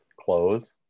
clothes